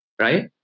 right